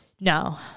no